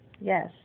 Yes